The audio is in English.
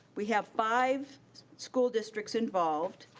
we have five school districts involved,